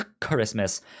Christmas